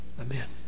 Amen